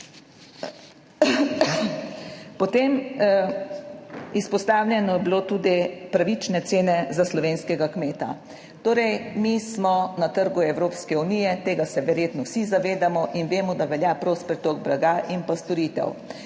Potem, izpostavljeno je bilo tudi pravične cene za slovenskega kmeta. Torej mi smo na trgu Evropske unije, tega se verjetno vsi zavedamo in vemo, da velja prost pretok blaga in pa storitev.